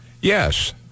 Yes